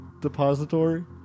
depository